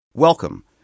Welcome